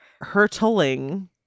hurtling